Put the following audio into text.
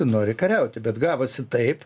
nori kariauti bet gavosi taip